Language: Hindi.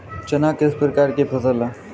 चना किस प्रकार की फसल है?